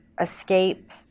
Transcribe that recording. escape